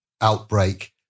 outbreak